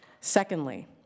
Secondly